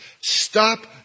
stop